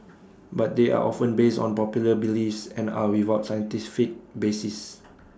but they are often based on popular beliefs and are without scientific basis